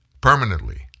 permanently